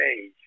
age